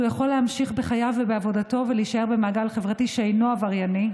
הוא יכול להמשיך בחייו ובעבודתו ולהישאר במעגל חברתי שאינו עברייני,